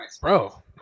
Bro